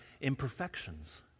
imperfections